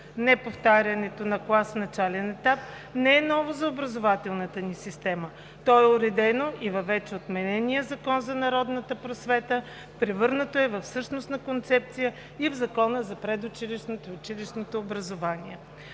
Неповтарянето на клас в началния етап не е ново за образователната ни система, то е уредено и във вече отменения Закон за народната просвета, превърнато е в същностна концепция и в Закона за предучилищното и училищното образование.